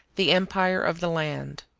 the empire of the land.